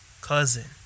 cousin